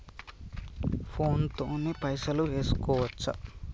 Phone తోని పైసలు వేసుకోవచ్చా?